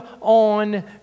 on